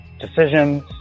decisions